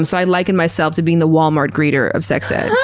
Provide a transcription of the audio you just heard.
um so i liken myself to being the walmart greeter of sex ed.